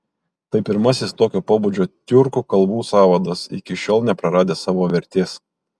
tai pirmasis tokio pobūdžio tiurkų kalbų sąvadas iki šiol nepraradęs savo vertės